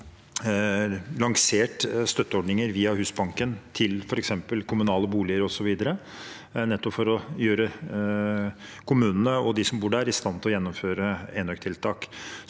vi også lansert støtteordninger via Husbanken til f.eks. kommunale boliger osv., nettopp for å gjøre kommunene og de som bor der, i stand til å gjennomføre enøktiltak.